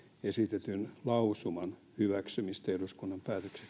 esitetyn lausuman hyväksymistä eduskunnan